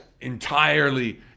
entirely